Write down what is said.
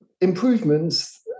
Improvements